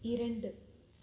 இரண்டு